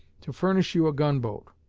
to furnish you a gun-boat.